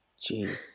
jeez